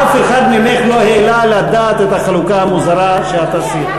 אף אחד מלבדך לא העלה על הדעת את החלוקה המוזרה שאת עשית.